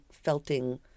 felting